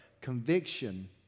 Conviction